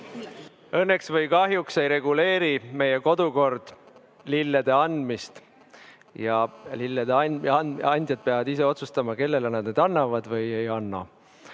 Õnneks või kahjuks ei reguleeri meie kodukord lillede andmist ja lillede andjad peavad ise otsustama, kellele nad need annavad või ei anna.